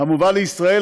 המובא לישראל,